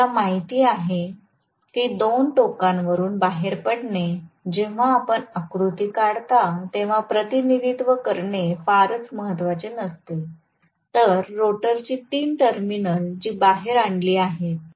आपल्याला माहित आहे की दोन टोकांवरुन बाहेर पडणे जेव्हा आपण आकृती काढता तेव्हा प्रतिनिधित्व करणे फारच महत्वाचे नसते तर रोटरची तीन टर्मिनल जी बाहेर आणली आहेत